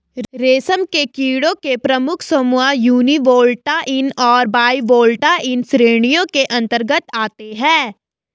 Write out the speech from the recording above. रेशम के कीड़ों के प्रमुख समूह यूनिवोल्टाइन और बाइवोल्टाइन श्रेणियों के अंतर्गत आते हैं